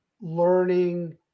learning